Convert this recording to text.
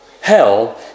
Hell